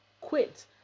Quit